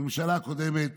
בממשלה הקודמת